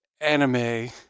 anime